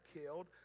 killed